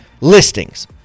listings